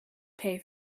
pay